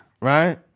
Right